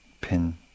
pin